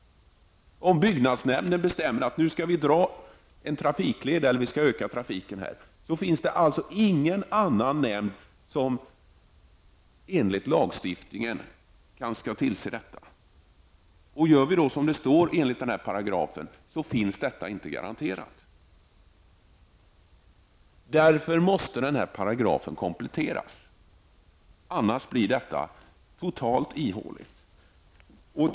Om byggnadsnämnden bestämmer att vi skall dra en trafikled eller utöka trafiken, finns det alltså ingen annan nämnd som enligt lagstiftningen skall tillse detta. Handlar vi enligt den aktuella paragrafen, finns det alltså inga garantier. Den här paragrafen måste således kompletteras, för annars blir det hela totalt ihåligt.